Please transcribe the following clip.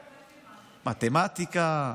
מתמטיקה,